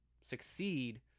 succeed